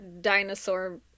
dinosaur